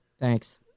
Thanks